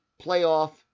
playoff